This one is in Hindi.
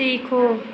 सीखो